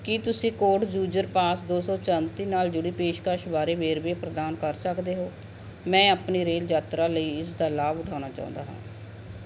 ਕੀ ਤੁਸੀਂ code user pass ਦੋ ਸੌ ਚੌਂਤੀ ਨਾਲ ਜੁੜੀ ਪੇਸ਼ਕਸ਼ ਬਾਰੇ ਵੇਰਵੇ ਪ੍ਰਦਾਨ ਕਰ ਸਕਦੇ ਹੋ ਮੈਂ ਆਪਣੀ ਰੇਲ ਯਾਤਰਾ ਲਈ ਇਸ ਦਾ ਲਾਭ ਉਠਾਉਣਾ ਚਾਹੁੰਦਾ ਹਾਂ